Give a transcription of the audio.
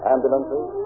Ambulances